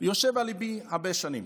ויושב על ליבי הרבה שנים.